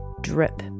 Drip